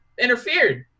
interfered